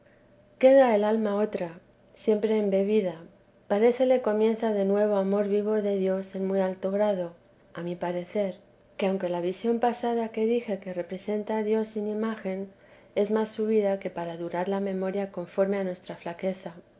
queda el alma otra siempre embebida parécele comienza de nuevo amor vivo de dios en muy alto grado a mi parecer que aunque la visión pasada que dijeque representa a dios sin imagen es más subida que para durar la memoria conforme a nuestra flaqueza